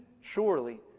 surely